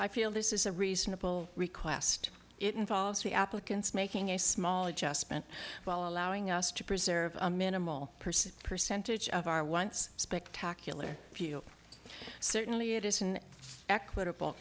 i feel this is a reasonable request it involves the applicants making a small adjustment while allowing us to preserve a minimal percent percentage of our once spectacular view certainly it is an equitable